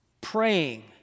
praying